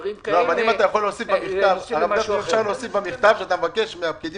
אפשר להוסיף במכתב שאתה מבקש מהפקידים